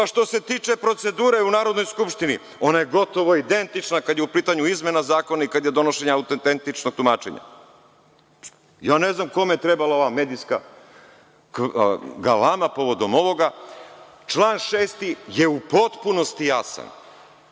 što se tiče procedure u Narodnoj skupštini ona je gotovo identična kada je u pitanju izmena zakona i kada je donošenje autentičnog tumačenja. Ne znam kome je trebala ova medijska galama povodom ovoga. Član 6. je u potpunosti jasan,